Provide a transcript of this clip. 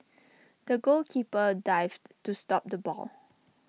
the goalkeeper dived to stop the ball